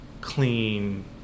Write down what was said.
clean